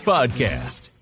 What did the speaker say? Podcast